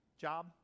Job